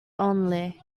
only